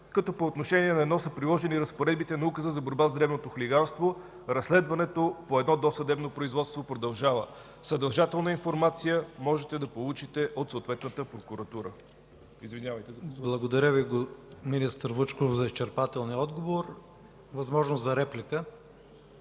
като по отношение на едно са приложени разпоредбите на Указа за борба с дребното хулиганство; разследването по едно досъдебно производство продължава. Съдържателна информация можете да получите от съответната прокуратура. ПРЕДСЕДАТЕЛ ИВАН К. ИВАНОВ: Благодаря Ви, министър Вучков, за изчерпателния отговор. Възможност за реплика